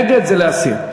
נגד זה להסיר.